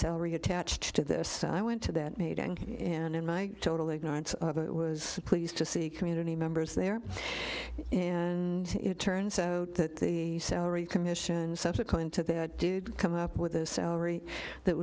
salary attached to this i went to that meeting and in my total ignorance of it was pleased to see community members there and it turns out that the salary commission and subsequent to that did come up with a salary that